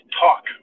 talk